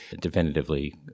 definitively